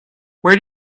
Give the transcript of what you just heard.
where